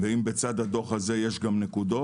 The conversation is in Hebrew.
ואם בצד הדוח הזה יש נקודות,